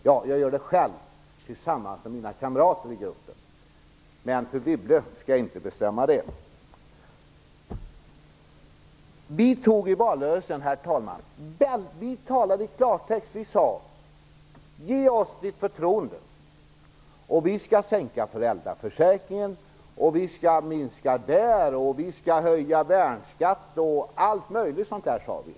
Jag avgör det själv, tillsammans med mina kamrater i gruppen. Fru Wibble skall inte bestämma det. Herr talman! Vi talade klartext i valrörelsen. Vi sade: Ge oss ditt förtroende och vi skall sänka föräldraförsäkringen, höja värnskatten osv.